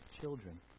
children